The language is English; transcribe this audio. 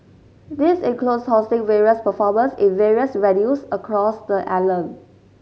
this includes hosting various performers in various venues across the island